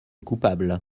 coupable